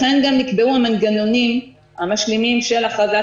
לכן גם נקבעו המנגנונים המשלימים של הכרזת